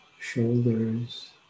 shoulders